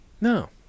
No